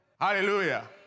Hallelujah